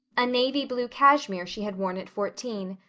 a navy blue cashmere she had worn at fourteen.